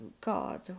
God